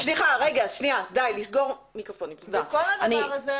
סליחה, ראשת העיר,